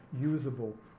usable